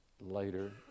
later